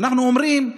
ואנחנו אומרים שאנחנו,